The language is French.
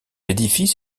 édifice